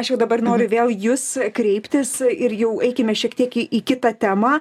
aš jau dabar noriu vėl į jus kreiptis ir jau eikime šiek tiek į kitą temą